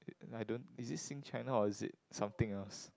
and I don't is it Sing-China or is it something else